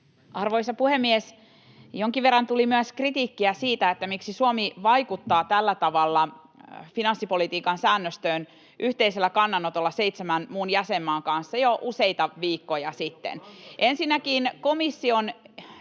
Arvoisa puhemies! Jonkin verran tuli myös kritiikkiä siitä, miksi Suomi on vaikuttanut finanssipolitiikan säännöstöön tällä tavalla yhteisellä kannanotolla seitsemän muun jäsenmaan kanssa jo useita viikkoja sitten. Ensinnäkin komission